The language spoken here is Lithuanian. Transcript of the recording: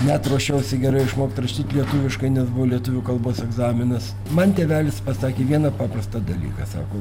net ruošiausi gerai išmokt rašyt lietuviškai nes buvo lietuvių kalbos egzaminas man tėvelis pasakė vieną paprastą dalyką sako